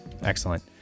excellent